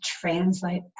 translate